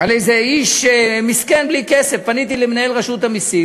על איזה איש מסכן בלי כסף למנהל רשות המסים.